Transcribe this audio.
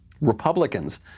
Republicans